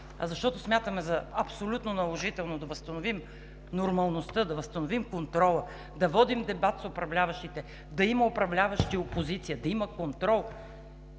защото смятаме за абсолютно задължително да възстановим нормалността, да възстановим контрола, да водим дебат с управляващите, да има управляващи и опозиция, да има контрол.